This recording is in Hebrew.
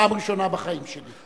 פעם ראשונה בחיים שלי.